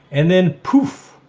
and then poof!